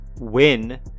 win